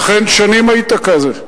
אכן, שנים היית כזה,